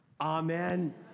Amen